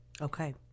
Okay